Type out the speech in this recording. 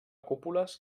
cúpules